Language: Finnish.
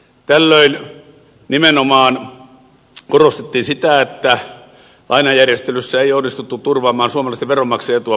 tällöin nimenomaan korostettiin sitä että lainajärjestelyssä ei onnistuttu turvaamaan suomalaisten veronmaksajien etua parhaalla mahdollisella tavalla